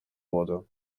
wurde